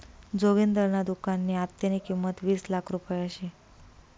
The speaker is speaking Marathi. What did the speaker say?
जोगिंदरना दुकाननी आत्तेनी किंमत वीस लाख रुपया शे